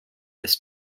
this